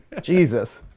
Jesus